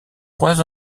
trois